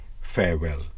farewell